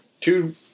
two